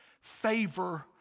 favor